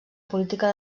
política